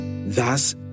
Thus